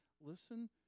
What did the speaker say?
listen